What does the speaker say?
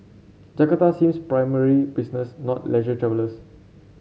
Jakarta sees primarily business not leisure travellers